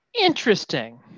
Interesting